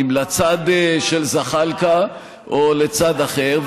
אם לצד של זחאלקה או לצד אחר.